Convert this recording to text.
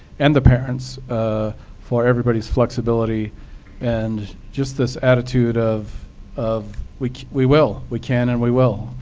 and the parents ah for everybody's flexibility and just this attitude of of we we will. we can and we will.